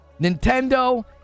Nintendo